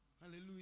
Hallelujah